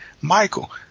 Michael